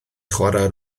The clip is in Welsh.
chwarae